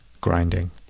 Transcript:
grinding